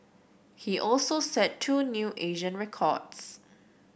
he also set two new Asian records